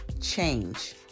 change